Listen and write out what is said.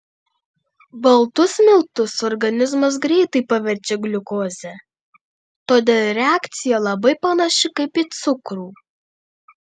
baltus miltus organizmas greitai paverčia gliukoze todėl reakcija labai panaši kaip į cukrų